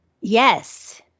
Yes